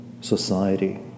society